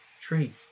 tree